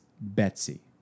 Betsy